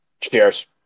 Cheers